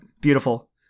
beautiful